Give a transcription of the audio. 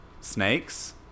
snakes